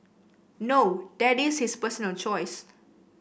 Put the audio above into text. no that is his personal choice